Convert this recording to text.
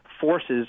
forces